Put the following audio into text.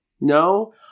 No